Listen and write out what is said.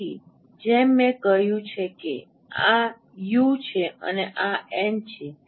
તેથી જેમ મેં કહ્યું છે કે આ યુ છે આ એન છે